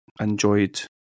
enjoyed